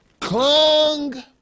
clung